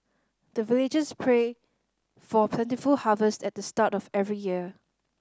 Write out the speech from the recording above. the villagers pray for plentiful harvest at the start of every year